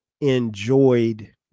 enjoyed